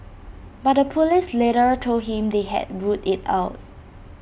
but the Police later told him they had ruled IT out